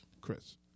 Chris